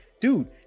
dude